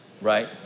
right